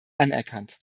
anerkannt